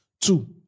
Two